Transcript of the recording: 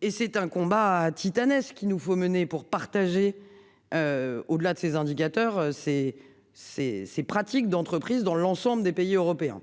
Et c'est un combat titanesque, il nous faut mener pour partager. Au-delà de ces indicateurs ces ces ces pratiques d'entreprises dans l'ensemble des pays européens.